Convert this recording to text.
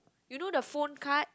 you know the phone card